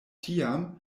tiam